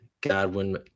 Godwin